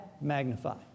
magnify